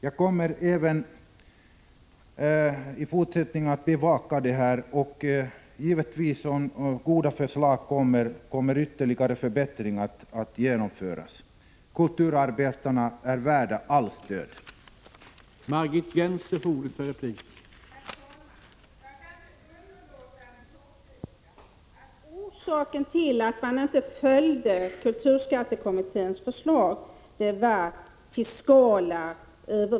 Jag kommer även framdeles att bevaka dessa frågor, och kommer goda förslag fram kommer givetvis förbättringar att genomföras. Kulturarbetarna är värda allt stöd.